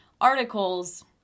articles